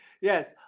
yes